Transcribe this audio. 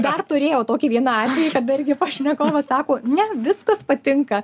dar turėjau tokį vieną atvejį kada irgi pašnekovas sako ne viskas patinka